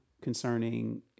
concerning